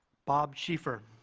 bob schieffer.